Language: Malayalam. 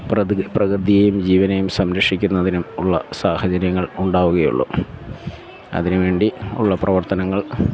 പ്രകൃതിയെയും ജീവനെയും സംരക്ഷിക്കുന്നതിനും ഉള്ള സാഹചര്യങ്ങൾ ഉണ്ടാവുകയുള്ളു അതിന് വേണ്ടി ഉള്ള പ്രവർത്തനങ്ങൾ